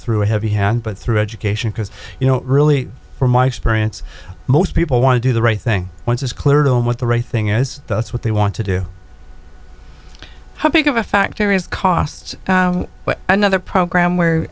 through a heavy hand but through education because you know really from my experience most people want to do the right thing once it's clear to them what the right thing is that's what they want to do how big of a factor is costs but another program where